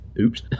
Oops